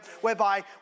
whereby